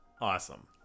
Awesome